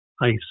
ice